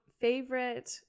favorite